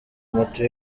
moto